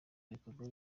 ibikorwa